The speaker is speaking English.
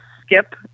skip